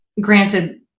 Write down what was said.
granted